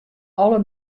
alle